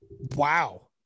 Wow